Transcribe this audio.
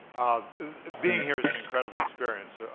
being here is an incredible experience.